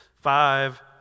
Five